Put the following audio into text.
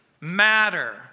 matter